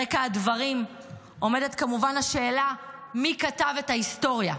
ברקע הדברים עומדת כמובן השאלה מי כתב את ההיסטוריה,